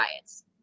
diets